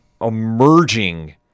emerging